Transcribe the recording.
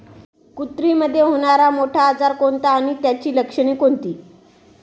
कुत्रीमध्ये होणारा मोठा आजार कोणता आणि त्याची लक्षणे कोणती?